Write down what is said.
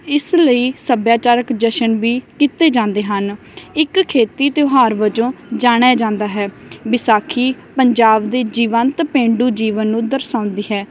ਇਸ ਲਈ ਸੱਭਿਆਚਾਰਕ ਜਸ਼ਨ ਵੀ ਕੀਤੇ ਜਾਂਦੇ ਹਨ ਇੱਕ ਖੇਤੀ ਤਿਉਹਾਰ ਵਜੋਂ ਜਾਣਿਆ ਜਾਂਦਾ ਹੈ ਵਿਸਾਖੀ ਪੰਜਾਬ ਦੇ ਜੀਵੰਤ ਪੇਂਡੂ ਜੀਵਨ ਨੂੰ ਦਰਸਾਉਂਦੀ ਹੈ